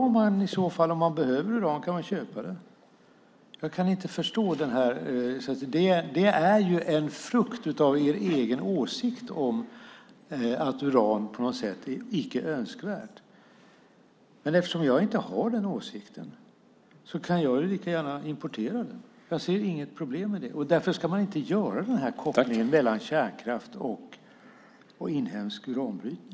Om man behöver uran kan man köpa det. Det här är en frukt av er egen åsikt om att uran på något sätt icke är önskvärt. Eftersom jag inte har den åsikten kan jag lika gärna importera uran. Jag ser inget problem med det. Därför ska man inte göra kopplingen mellan kärnkraft och inhemsk uranbrytning.